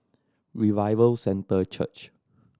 Revival Centre Church